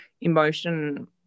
emotion